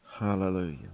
Hallelujah